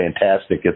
fantastic